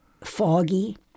foggy